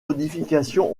modifications